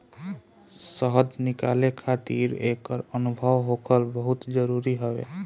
शहद निकाले खातिर एकर अनुभव होखल बहुते जरुरी हवे